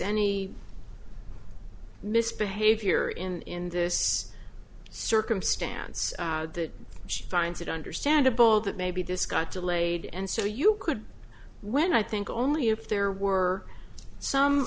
any misbehavior in this circumstance that she finds it understandable that maybe this got delayed and so you could when i think only if there were some